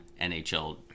nhl